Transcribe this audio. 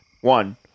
one